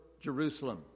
Jerusalem